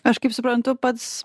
aš kaip suprantu pats